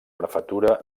prefectura